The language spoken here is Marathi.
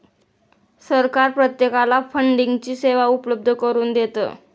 सरकार प्रत्येकाला फंडिंगची सेवा उपलब्ध करून देतं